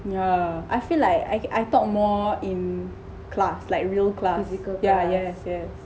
yeah I feel like I I thought more in class like real class yes yes yes